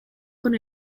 con